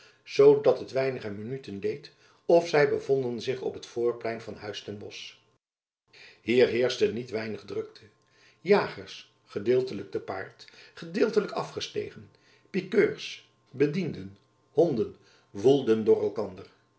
dat het weinige minuten leed of zy bevonden zich op het voorplein van het huis ten bosch hier heerschte niet weinig drukte jagers gedeeltelijk te paard gedeeltelijk afgestegen pikeurs bedienden honden woelden door elkander